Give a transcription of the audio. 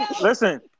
listen